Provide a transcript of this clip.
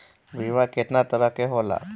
बीमा केतना तरह के होला?